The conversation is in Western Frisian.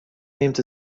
nimt